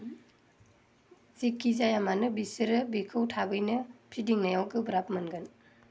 जिखिजाया मानो बिसोरो बेखौ थाबैनो फिदिंनायाव गोब्राब मोनगोन